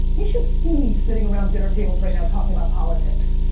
you should see me sitting around dinner tables right now talking about politics.